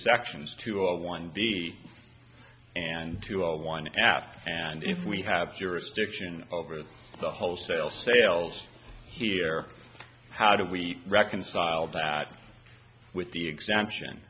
sections two of one and two or one after and if we have jurisdiction over the wholesale sales here how do we reconcile that with the exemption